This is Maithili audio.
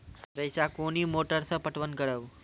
रेचा कोनी मोटर सऽ पटवन करव?